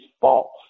false